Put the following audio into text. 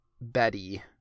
Betty